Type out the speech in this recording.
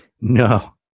No